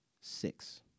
six